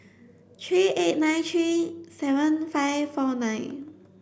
three eight nine three seven five four nine